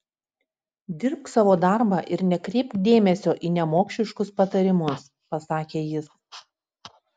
dirbk savo darbą ir nekreipk dėmesio į nemokšiškus patarimus pasakė jis